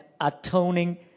atoning